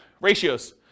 ratios